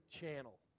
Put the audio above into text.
channel